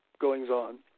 goings-on